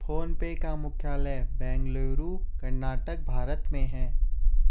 phone पे का मुख्यालय बेंगलुरु, कर्नाटक, भारत में है